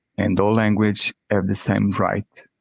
and all language have the same right.